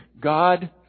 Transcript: god